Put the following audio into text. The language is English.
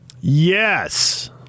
Yes